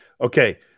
Okay